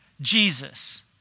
Jesus